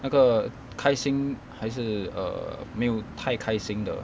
那个开心还是 err 没有太开心的